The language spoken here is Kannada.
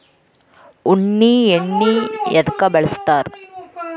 ಉಣ್ಣಿ ಎಣ್ಣಿ ಎದ್ಕ ಬಳಸ್ತಾರ್?